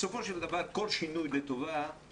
בסופו של דבר כל שינוי הם וההורים